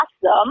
awesome